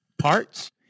parts